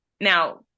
now